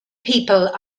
people